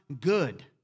good